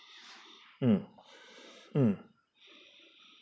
hmm hmm